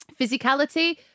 physicality